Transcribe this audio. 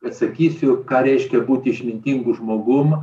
atsakysiu ką reiškia būti išmintingu žmogum